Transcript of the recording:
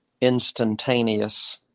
instantaneous